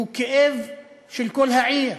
שהוא כאב של כל העיר,